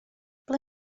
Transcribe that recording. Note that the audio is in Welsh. ble